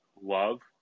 love